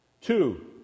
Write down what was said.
Two